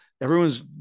Everyone's